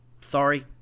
sorry